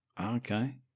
Okay